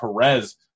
Perez